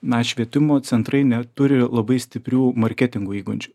na švietimo centrai neturi labai stiprių marketingo įgūdžių